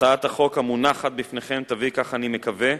הצעת החוק המונחת בפניכם תביא, כך אני מקווה,